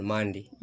Monday